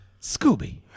Scooby